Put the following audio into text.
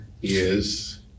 Yes